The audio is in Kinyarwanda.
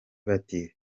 bati